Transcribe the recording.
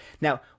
Now